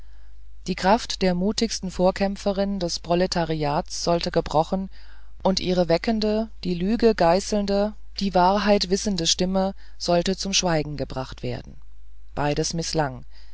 die kraft der mutigsten vorkämpferin des proletariats sollte gebrochen und ihre weckende die lüge geißelnde die wahrheit wissende stimme sollte zum schweigen gebracht werden beides mißlang